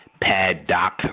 Paddock